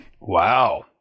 wow